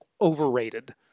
overrated